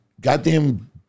goddamn